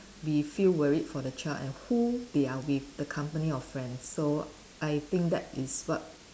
we feel worried for the child and who they are with the company of friends so I think that is what